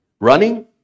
running